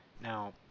Now